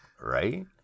Right